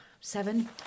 Seven